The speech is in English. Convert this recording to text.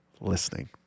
listening